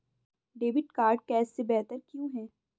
Debit card cash से बेहतर क्यों है?